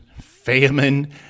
famine